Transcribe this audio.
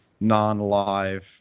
non-live